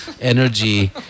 energy